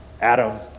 Adam